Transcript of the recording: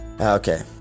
Okay